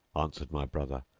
answered my brother,